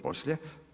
Poslije.